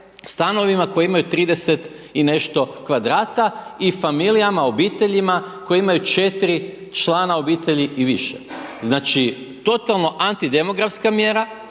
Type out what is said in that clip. stanovima koje imaju 30 i nešto kvadrata i familijama, obiteljima, koji imaju 4 člana obitelji i više. Znači totalno anti demografska mjera,